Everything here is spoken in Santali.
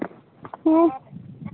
ᱦᱮᱸ